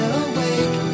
awake